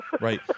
Right